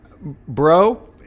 Bro